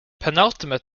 penultimate